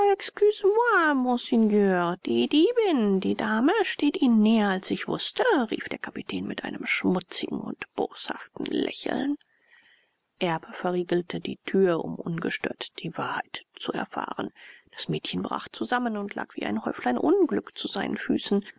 monsieur die diebin die dame steht ihnen näher als ich wußte rief der kapitän mit einem schmutzigen und boshaften lächeln erb verriegelte die tür um ungestört die wahrheit zu erfahren das mädchen brach zusammen und lag wie ein häuflein unglück zu seinen füßen